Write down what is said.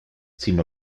sin